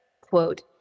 quote